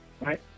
Right